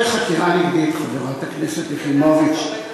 אני רגיל לחקירה נגדית, חברת הכנסת יחימוביץ.